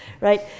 right